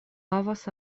havas